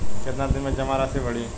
कितना दिन में जमा राशि बढ़ी?